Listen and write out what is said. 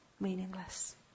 meaningless